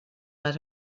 let